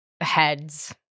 heads